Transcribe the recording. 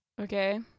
Okay